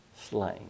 slain